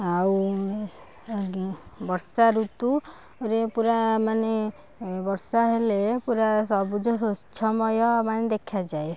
ଆଉ ଆଜ୍ଞା ବର୍ଷା ଋତୁ ରେ ପୁରା ମାନେ ବର୍ଷା ହେଲେ ପୁରା ସବୁଜ ସ୍ୱଚ୍ଛମୟ ମାନେ ଦେଖାଯାଏ